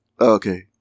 Okay